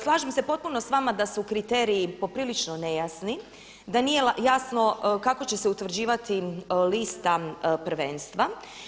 Slažem se potpuno s vama da su kriteriji poprilično nejasni, da nije jasno kako će se utvrđivati lista prvenstva.